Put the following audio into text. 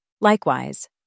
Likewise